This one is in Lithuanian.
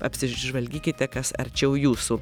apsižvalgykite kas arčiau jūsų